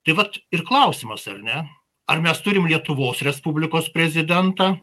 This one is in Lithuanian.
tai vat ir klausimas ar ne ar mes turim lietuvos respublikos prezidentą